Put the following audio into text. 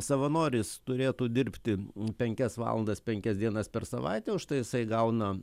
savanoris turėtų dirbti penkias valandas penkias dienas per savaitę už tai jisai gauna